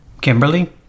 Kimberly